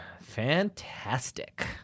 fantastic